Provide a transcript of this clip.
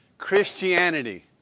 Christianity